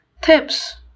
tips